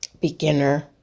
beginner